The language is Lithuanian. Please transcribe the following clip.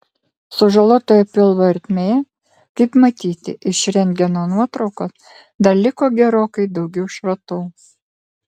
sužalotoje pilvo ertmėje kaip matyti iš rentgeno nuotraukos dar liko gerokai daugiau šratų